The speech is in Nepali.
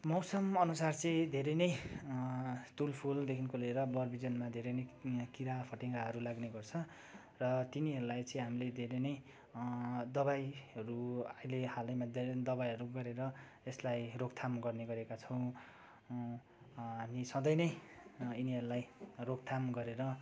मौसमअनुसार चाहिँ धेरै नै तुलफुल देखिको लिएर बर बिजनमा धेरै नै किराफट्याङ्ग्राहरू लाग्ने गर्छ र तिनीहरूलाई चाहिँ हामीले धेरै नै दबाईहरू अहिले हालैमा दबाईहरू गरेर यसलाई रोकथाम गर्ने गरेका छौँ हामी सधैँ नै यिनीहरूलाई रोकथाम गरेर एकदम